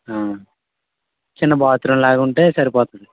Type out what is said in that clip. చిన్న బాత్రూం లాగా ఉంటే సరిపోతుంది